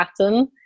Pattern